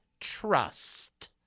trust